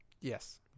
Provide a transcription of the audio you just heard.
Yes